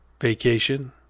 vacation